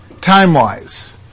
time-wise